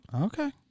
Okay